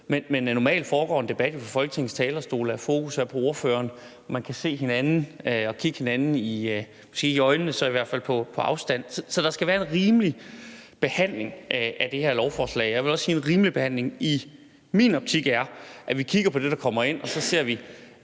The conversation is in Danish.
Men normalt foregår en debat jo fra Folketingets talerstol, og fokus er på ordføreren. Man kan kigge hinanden i øjnene, i hvert fald på afstand, så der skal være en rimelig behandling af det her lovforslag. Og jeg vil også sige, at i min optik er en rimelig behandling, at vi kigger på det, der kommer ind, og så ser vi